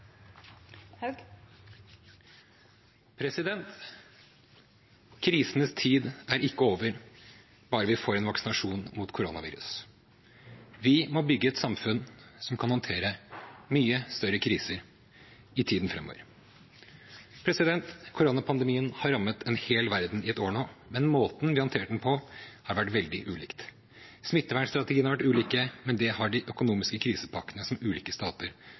ikke over bare vi får vaksinasjon mot koronaviruset. Vi må bygge et samfunn som kan håndtere mye større kriser i tiden framover. Koronapandemien har rammet en hel verden i et år nå, men måten vi har håndtert den på, har vært veldig ulik. Smittevernstrategiene har vært ulike, men det har de økonomiske krisepakkene som ulike stater